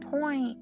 point